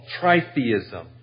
tritheism